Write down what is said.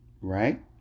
Right